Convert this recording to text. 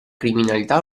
criminalità